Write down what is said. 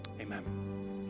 amen